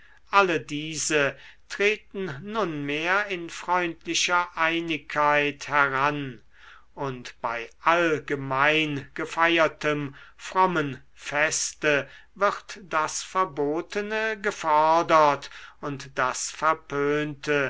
alle diese treten nunmehr in freundlicher einigkeit heran und bei allgemein gefeiertem frommem feste wird das verbotene gefordert und das verpönte